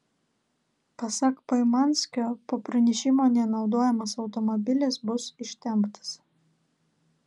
pasak poimanskio po pranešimo nenaudojamas automobilis bus ištemptas